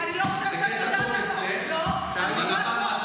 זה קטע טוב אצלך, אבל הפעם את טועה.